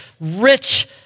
rich